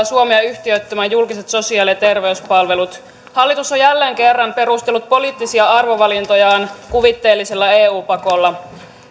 suomea yhtiöittämään julkiset sosiaali ja terveyspalvelut hallitus on jälleen kerran perustellut poliittisia arvovalintojaan kuvitteellisella eu pakolla